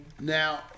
Now